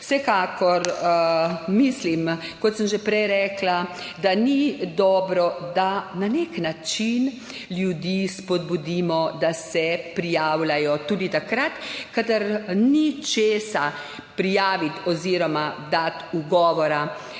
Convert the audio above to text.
Vsekakor mislim, kot sem že prej rekla, da ni dobro, da na nek način ljudi spodbudimo, da se prijavljajo tudi takrat, kadar ni česa prijaviti oziroma dati ugovora.